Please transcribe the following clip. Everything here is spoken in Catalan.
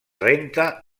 renta